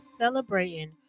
celebrating